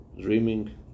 dreaming